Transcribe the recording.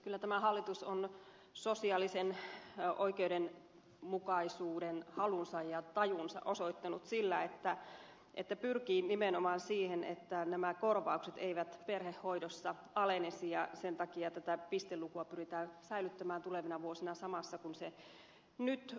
kyllä tämä hallitus on sosiaalisen oikeudenmukaisuuden halunsa ja tajunsa osoittanut sillä että se pyrkii nimenomaan siihen että nämä korvaukset eivät perhehoidossa alenisi ja sen takia tämä pisteluku pyritään säilyttämään tulevina vuosina samana kuin se nyt on